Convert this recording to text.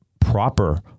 proper